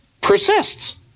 persists